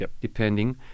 depending